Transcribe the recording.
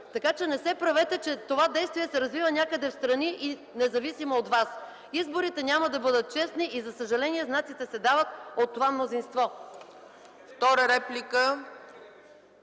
Така че не се правете, че това действие се развива някъде встрани и независимо от вас. Изборите няма да бъдат честни и за съжаление знаците се дават от това мнозинство.